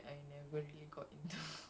it's okay